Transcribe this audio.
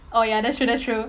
oh ya that's true that's true